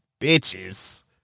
bitches